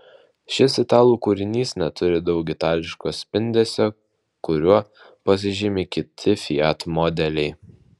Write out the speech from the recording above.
šis italų kūrinys neturi daug itališko spindesio kuriuo pasižymi kiti fiat modeliai